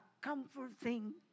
comforting